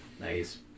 Nice